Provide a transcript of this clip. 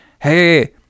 Hey